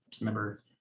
remember